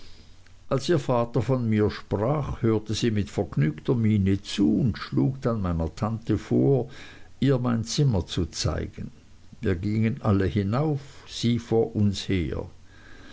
als ihr vater von mir sprach hörte sie mit vergnügter miene zu und schlug dann meiner tante vor ihr mein zimmer zu zeigen wir gingen alle hinauf sie vor uns her